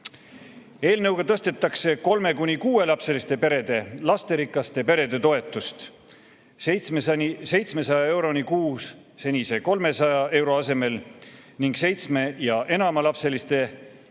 Eelnõuga tõstetakse kolme‑ kuni kuuelapseliste perede lasterikka pere toetust 700 euroni kuus senise 300 euro asemel ning seitsme‑ ja enamalapseliste perede